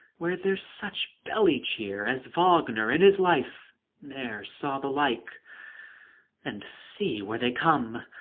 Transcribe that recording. where there's such belly-cheer as wagner in his life ne'er saw the like and, see where they come!